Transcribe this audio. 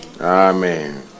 Amen